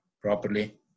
properly